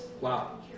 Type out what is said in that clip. Wow